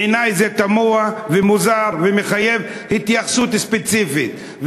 בעיני זה תמוה ומוזר ומחייב התייחסות ספציפית,